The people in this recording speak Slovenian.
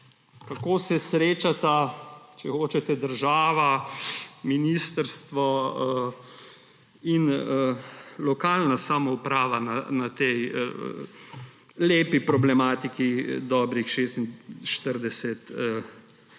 kako se srečata, če hočete, država, ministrstvo in lokalna samouprava na tej lepi problematiki dobrih 46